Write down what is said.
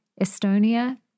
Estonia